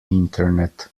internet